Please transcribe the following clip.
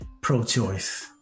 pro-choice